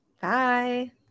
Bye